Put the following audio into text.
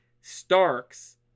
starks